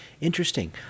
interesting